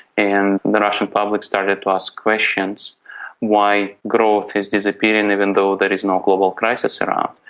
and the russian public started to ask questions why growth is disappearing even though there is no global crisis around.